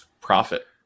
profit